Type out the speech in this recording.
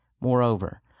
moreover